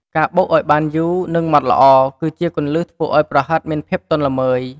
ការបុកឱ្យបានយូរ និងម៉ត់ល្អ គឺជាគន្លឹះធ្វើឱ្យប្រហិតមានភាពទន់ល្មើយ។